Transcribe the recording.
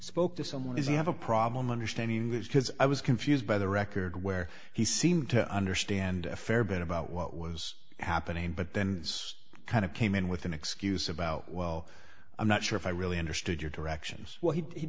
spoke to someone is you have a problem understanding that because i was confused by the record where he seemed to understand a fair bit about what was happening but then this kind of came in with an excuse about well i'm not sure if i really understood your directions well he